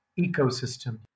ecosystem